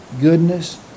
goodness